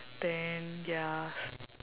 then ya